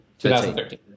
2013